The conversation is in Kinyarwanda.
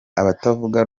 abatavuga